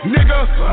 Nigga